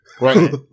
Right